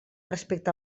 respecte